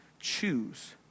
choose